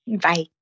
Bye